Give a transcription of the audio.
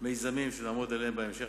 מיזמים שנעמוד עליהם בהמשך,